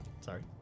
Sorry